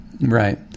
Right